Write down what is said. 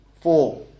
four